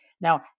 Now